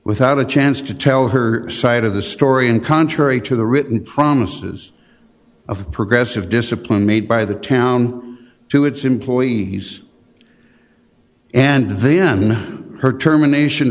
without a chance to tell her side of the story and contrary to the written promises of progressive discipline made by the town to its employees and then her termination